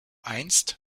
einst